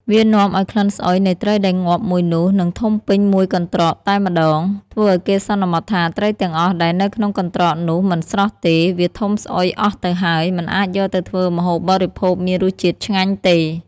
វានាំឱ្យក្លិនស្អុយនៃត្រីដែលងាប់មួយនោះនឹងធុំពេញមួយត្រកតែម្តង ធ្វើឲ្យគេសន្មត់ថាត្រីទាំងអស់ដែលនៅក្នុងត្រកនោះមិនស្រស់ទេ វាធុំស្អុយអស់ទៅហើយ មិនអាចយកទៅធ្វើម្ហូបបរិភោគមានរស់ជាតិឆ្ងាញ់ទេ។